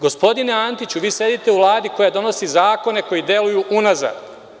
Gospodine Antiću, vi sedite u Vladi koja donosi zakone koji deluju unazad.